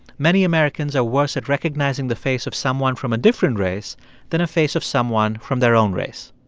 many americans are worse at recognizing the face of someone from a different race than a face of someone from their own race